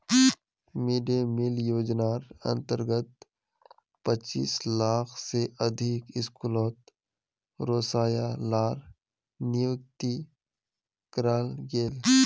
mid day meal योज्नार अंतर्गत पच्चीस लाख से अधिक स्कूलोत रोसोइया लार नियुक्ति कराल गेल